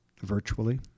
virtually